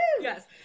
Yes